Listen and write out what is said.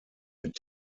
mit